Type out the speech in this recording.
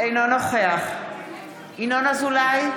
אינו נוכח ינון אזולאי,